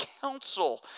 counsel